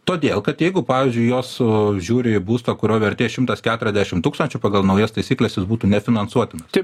todėl kad jeigu pavyzdžiui jos žiūri į būstą kurio vertė šimtas keturiasdešim tūkstančių pagal naujas taisykles jis būtų nefinansuotinas